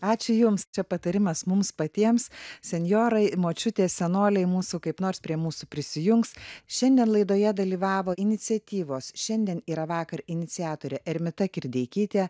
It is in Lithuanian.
ačiū jums čia patarimas mums patiems senjorai močiutės senoliai mūsų kaip nors prie mūsų prisijungs šiandien laidoje dalyvavo iniciatyvos šiandien yra vakar iniciatorė ermita kirdeikytė